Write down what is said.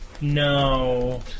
No